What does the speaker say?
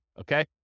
okay